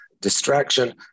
distraction